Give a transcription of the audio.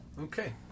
Okay